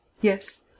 Yes